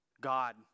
God